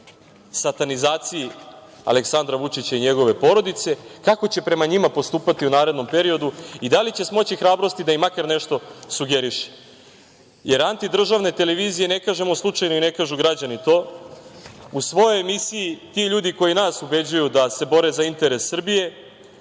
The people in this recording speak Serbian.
satanizaciji Aleksandra Vučića i njegove porodice, kako će prema njima nastupati u narednom periodu i da li će smoći hrabrosti da im makar nešto sugeriše, jer, anti-državne televizije, ne kažemo slučajno, i ne kažu građani to, u svojoj emisiji, ti ljudi koji nas ubeđuju da se bore za interes Srbije,